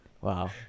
wow